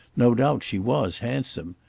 no doubt she was handsome.